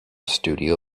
studio